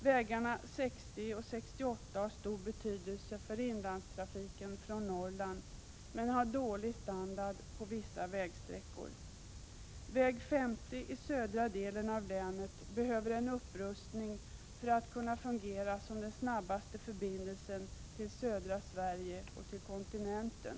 Vägarna 60 och 68 har stor betydelse för inlandstrafiken från Norrland, men de har dålig standard på vissa sträckor. Väg 50 i södra delen av länet behöver en upprustning för att kunna fungera som den snabbaste förbindelsen till södra Sverige och till kontinenten.